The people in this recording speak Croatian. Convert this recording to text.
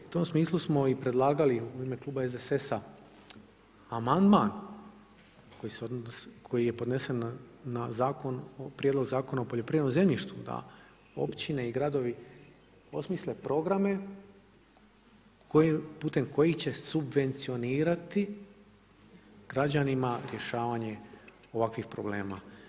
I u tom smislu smo i predlagali u ime kluba SDSS-a amandman koji je podnesen na Prijedlog zakona o poljoprivrednom zemljištu da općine i gradovi osmisle programe putem kojih će subvencionirati građanima rješavanje ovakvih problema.